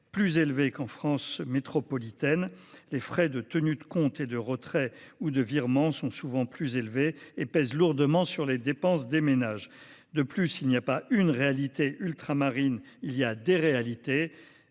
plus élevés qu’en France métropolitaine. Les frais de tenue de compte et de retrait ou de virement sont souvent plus importants et pèsent lourdement sur les dépenses des ménages. De plus, il y a non pas une réalité ultramarine, mais des réalités